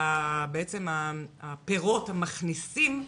למעשה הפירות המכניסים,